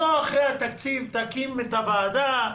לא אחרי התקציב תקים את הוועדה,